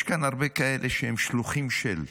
יש כאן הרבה כאלה שהם שלוחים של,